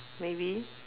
maybe